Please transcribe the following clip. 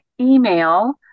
email